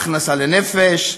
הכנסה לנפש,